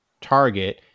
target